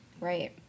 Right